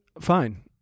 fine